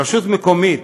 רשות מקומית